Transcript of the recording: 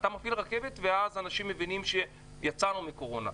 אתה מפעיל רכבת, ואז אנשים מבינים שיצאנו מקורונה.